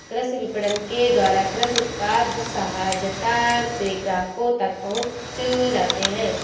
कृषि विपणन के द्वारा कृषि उत्पाद सहजता से ग्राहकों तक पहुंच जाते हैं